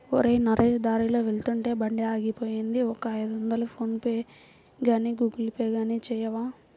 ఒరేయ్ నరేష్ దారిలో వెళ్తుంటే బండి ఆగిపోయింది ఒక ఐదొందలు ఫోన్ పేగానీ గూగుల్ పే గానీ చేయవా